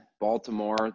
Baltimore